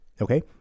okay